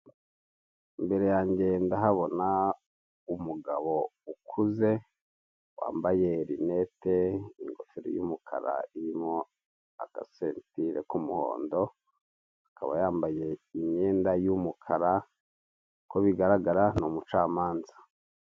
Imbere yange ndahabona umugabo ukuze wambaye rinete, ingofero y'umukara irimo agasentire k'umuhondo akaba yambaye imyenda y'umukara uko bigaragara ni umucamanza.